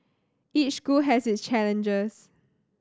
each school has its challenges